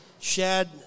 Shad